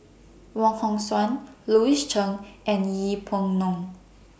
Wong Hong Suen Louis Chen and Yeng Pway Ngon